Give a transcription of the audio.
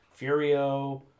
Furio